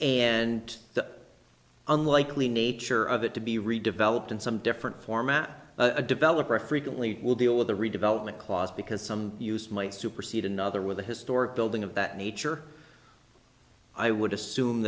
the unlikely nature of it to be redeveloped in some different format a developer frequently will deal with the redevelopment clause because some use might supersede another with a historic building of that nature i would assume